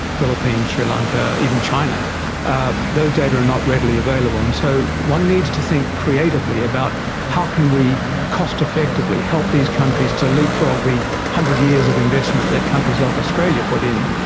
philippines, sri lanka, even china ah those data are not readily available. and so one needs to think creatively about how can we cost effectively help these countries to leapfrog the one hundred years of investment that countries like australia put in,